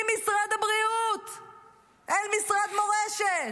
ממשרד הבריאות אל משרד מורשת.